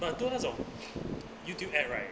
but don't 那种 YouTube ad right